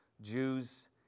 Jews